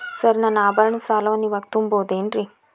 Sir ನನ್ನ ಆಭರಣ ಸಾಲವನ್ನು ಇವಾಗು ತುಂಬ ಬಹುದೇನ್ರಿ?